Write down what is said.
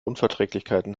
unverträglichkeiten